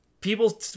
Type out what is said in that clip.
People